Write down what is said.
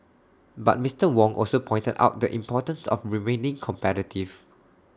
but Mister Wong also pointed out the importance of remaining competitive